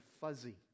fuzzy